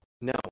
No